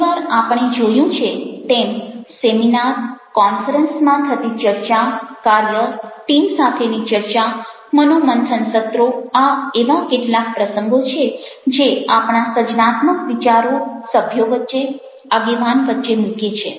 ઘણી વાર આપણે જોયું છે તેમ સેમિનાર કોન્ફરન્સ માં થતી ચર્ચા કાર્ય ટીમ સાથેની ચર્ચા મનોમંથન સત્રો આ એવા કેટલાક પ્રસંગો છે જે આપણા સર્જનાત્મક વિચારો સભ્યો વચ્ચે આગેવાન વચ્ચે મૂકે છે